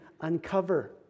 uncover